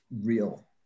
real